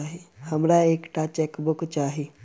हमरा एक टा चेकबुक चाहि